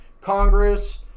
Congress